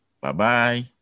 Bye-bye